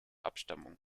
abstammung